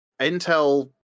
Intel